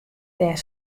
dêr